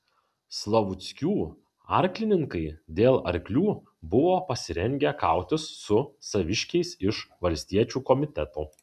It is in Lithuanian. slavuckių arklininkai dėl arklių buvo pasirengę kautis su saviškiais iš valstiečių komiteto